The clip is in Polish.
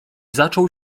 zaczął